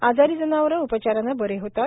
आजारी जनावरे उपचाराने बरे होतात